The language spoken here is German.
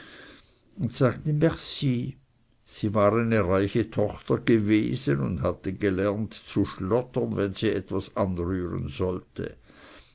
und sagte merci sie war eine reiche tochter gewesen und hatte gelernt zu schlottern wenn sie etwas anrühren sollte